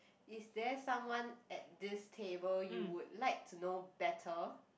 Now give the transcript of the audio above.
is there someone at this table you would like to know better